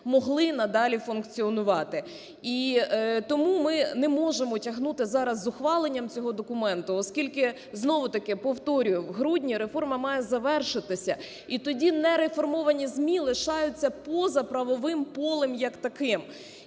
могли надалі функціонувати. І тому ми не можемо тягнути зараз з ухваленням цього документу, оскільки, знову таки, повторюю, в грудні реформа має завершитися і тоді нереформовані ЗМІ лишаються поза правовим полем як таким.